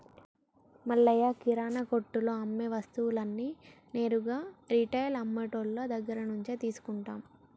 మల్లయ్య కిరానా కొట్టులో అమ్మే వస్తువులన్నీ నేరుగా రిటైల్ అమ్మె టోళ్ళు దగ్గరినుంచే తీసుకుంటాం